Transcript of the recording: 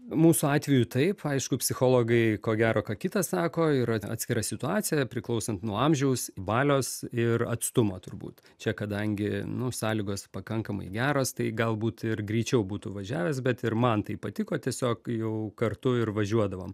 mūsų atveju taip aišku psichologai ko gero ką kitą sako yra atskira situacija priklausant nuo amžiaus valios ir atstumo turbūt čia kadangi nu sąlygos pakankamai geros tai galbūt ir greičiau būtų važiavęs bet ir man tai patiko tiesiog jau kartu ir važiuodavom